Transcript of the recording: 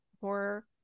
horror